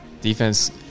Defense